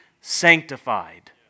sanctified